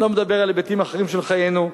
אני לא מדבר על היבטים אחרים של חיינו,